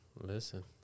Listen